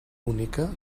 única